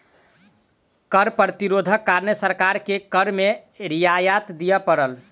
कर प्रतिरोधक कारणें सरकार के कर में रियायत दिअ पड़ल